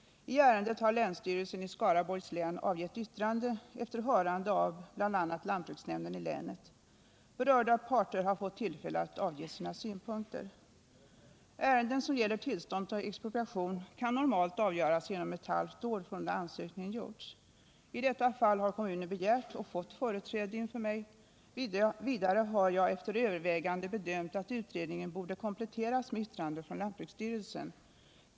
myölentarödk RN I ärendet har länsstyrelsen i Skaraborgs län avgett yttrande efter hö Om tidpunkten för rande av bl.a. lantbruksnämnden i länet. Berörda parter har fått tillfälle — regeringsbeslut i att avge sina synpunkter. expropriations Ärenden som gäller tillstånd till expropriation kan normalt avgöras ärende inom ett halvt år från det ansökningen gjorts. I detta fall har kommunen begärt och fått företräde inför mig. Vidare har jag efter överväganden bedömt att utredningen borde kompletteras med yttrande från lantbruksstyrelsen.